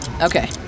Okay